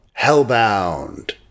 Hellbound